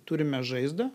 turime žaizdą